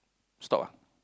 stop ah